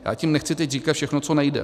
Já tím nechci teď říkat všechno, co nejde.